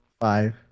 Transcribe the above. five